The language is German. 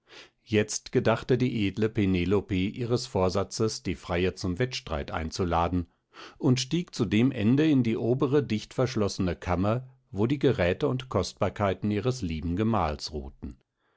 jetzt gedachte die edle penelope ihres vorsatzes die freier zum wettstreit einzuladen und stieg zu dem ende in die obere dicht verschlossene kammer wo die geräte und kostbarkeiten ihres lieben gemahls ruhten